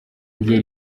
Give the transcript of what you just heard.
rye